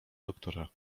doktora